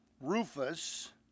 Rufus